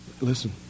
Listen